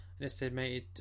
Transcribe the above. estimated